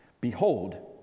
Behold